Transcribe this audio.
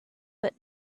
but